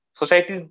society